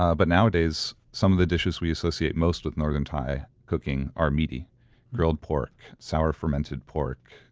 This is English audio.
ah but nowadays, some of the dishes we associate most with northern thai cooking are meaty grilled pork, sour fermented pork,